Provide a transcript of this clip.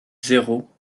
zéro